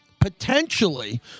potentially